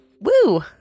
Woo